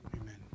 Amen